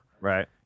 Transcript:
Right